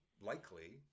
likely